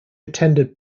attended